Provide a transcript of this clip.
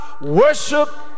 worship